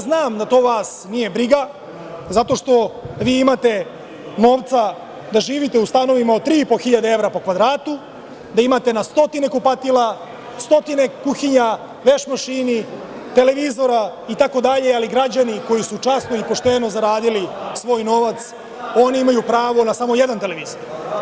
Znam da to vas nije briga, zato što vi imate novca da živite u stanovima od 3.500 evra po kvadratu, da imate na stotine kupatila, stotine kuhinja, veš mašina, televizora itd, ali građani koji su časno i pošteno zaradili svoj novac, oni imaju pravo na samo jedan televizor.